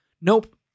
Nope